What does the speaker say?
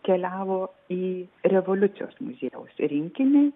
keliavo į revoliucijos muziejaus rinkinį